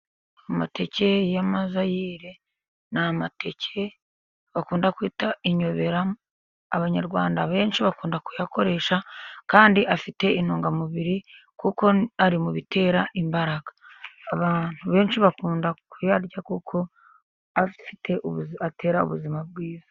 Amateke y'amazayire, ni amateke bakunda kwita inyobera, abanyarwanda benshi bakunda kuyakoresha, kandi afite intungamubiri kuko ari mu bitera imbaraga. Abantu benshi bakunda kuyarya, kuko atera ubuzima bwiza.